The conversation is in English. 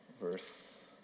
verse